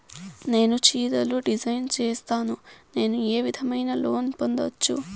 నేను చీరలు డిజైన్ సేస్తాను, నేను ఏ విధమైన లోను పొందొచ్చు